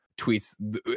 tweets